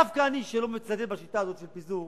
דווקא אני, שלא מצדד בשיטה הזאת של פיזור,